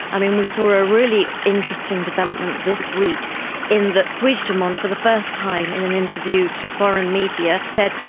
i mean, we saw a really interesting development this week in that puigdemont for the first time in an interview to foreign media said,